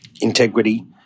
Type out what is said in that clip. integrity